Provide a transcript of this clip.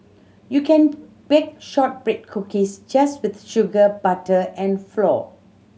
you can bake shortbread cookies just with sugar butter and flour